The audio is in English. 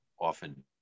often